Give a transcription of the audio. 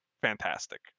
fantastic